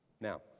now